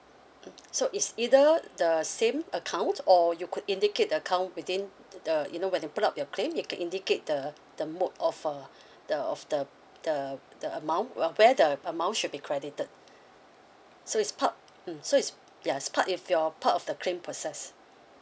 mm so it's either the same account or you could indicate the account within the you know when you put up your claim you can indicate the the mode of uh the of the the the amount where the amount should be credited so it's part mm so it's ya it's part if your part of the claim process